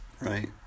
right